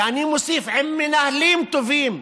ואני מוסיף, מנהלים טובים,